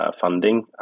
funding